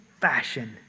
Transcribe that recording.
fashion